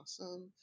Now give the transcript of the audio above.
Awesome